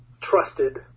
trusted